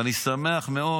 ואני שמח מאוד